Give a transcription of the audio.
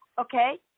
okay